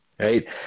Right